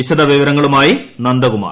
വിശദവിവരങ്ങളുമായി നന്ദകുമാർ